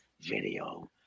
video